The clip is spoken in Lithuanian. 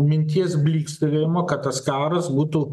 minties blykstelėjimo kad tas karas būtų